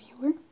viewer